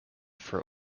for